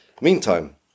meantime